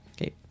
Okay